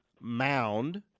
mound